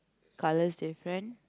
colours different